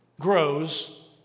grows